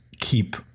keep